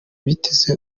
biteze